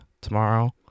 tomorrow